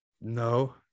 No